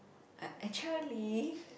I actually